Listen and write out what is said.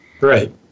Right